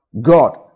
God